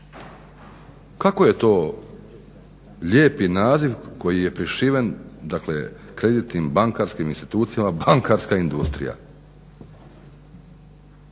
Kako je to lijepi naziv koji je prišiven dakle kreditnim bankarskim institucijama, bankarska industrija.